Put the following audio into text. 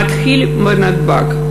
מתחיל בנתב"ג,